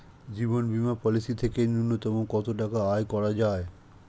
জীবন বীমা পলিসি থেকে ন্যূনতম কত টাকা আয় করা যায়?